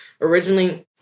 originally—